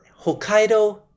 Hokkaido